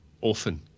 often